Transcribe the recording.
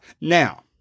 Now